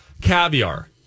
caviar